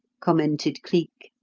commented cleek.